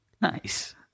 nice